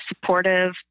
supportive